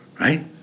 Right